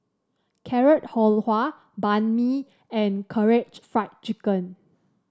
Carrot Halwa Banh Mi and Karaage Fried Chicken